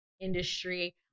industry